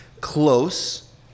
Close